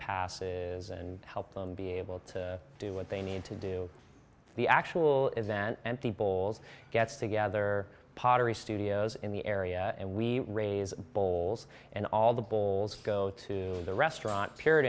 passes and help them be able to do what they need to do the actual event and people gets together pottery studios in the area and we raise bowls and all the bowls go to the restaurant period